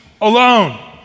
alone